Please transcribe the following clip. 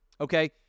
Okay